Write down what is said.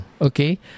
okay